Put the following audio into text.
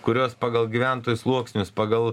kurios pagal gyventojų sluoksnius pagal